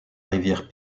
rivière